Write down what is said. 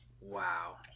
Wow